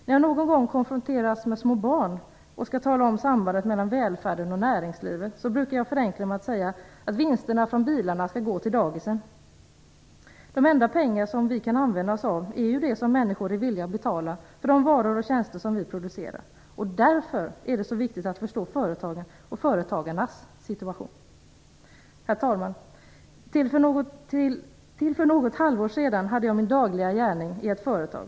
När jag någon gång konfronteras med små barn och skall tala om sambandet mellan välfärden och näringslivet brukar jag förenkla det genom att säga att vinsterna från bilarna skall gå till dagisen. De enda pengar som vi kan använda oss av är ju de som människor är villiga att betala för de varor och tjänster som vi producerar. Därför är det så viktigt att förstå företagens och företagarnas situation. Herr talman! Till för något halvår sedan hade jag min dagliga gärning i ett företag.